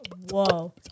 Whoa